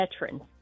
veterans